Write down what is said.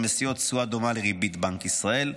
המציעות תשואה דומה לריבית בנק ישראל.